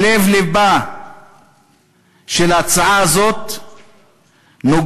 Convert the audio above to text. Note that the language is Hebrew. שלב-לבה של ההצעה הזאת נוגע